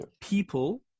People